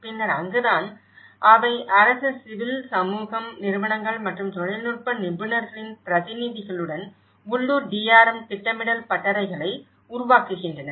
பின்னர் அங்குதான் அவை அரசு சிவில் சமூகம் நிறுவனங்கள் மற்றும் தொழில்நுட்ப நிபுணர்களின் பிரதிநிதிகளுடன் உள்ளூர் DRM திட்டமிடல் பட்டறைகளை உருவாக்குகின்றன